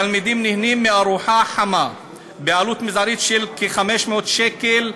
התלמידים נהנים מארוחה חמה בעלות מזערית של כ-500 שקל,